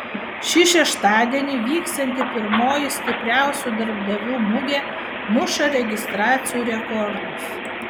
šį šeštadienį vyksianti pirmoji stipriausių darbdavių mugė muša registracijų rekordus